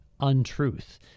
untruth